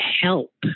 help